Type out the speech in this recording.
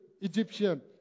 Egyptian